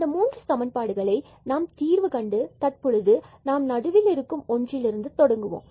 இந்த மூன்று சமன்பாடுகளை நாம் தீர்வு கண்டு தற்பொழுது நாம் நடுவில் இருக்கும் ஒன்றிலிருந்து தொடங்குவோம்